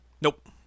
Nope